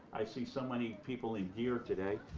i see so many people in gear today.